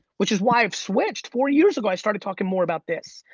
which is why i switched, four years ago i started talking more about this.